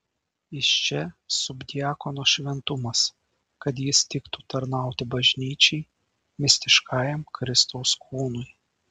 iš čia subdiakono šventumas kad jis tiktų tarnauti bažnyčiai mistiškajam kristaus kūnui